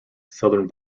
southern